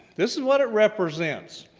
this is what it represents.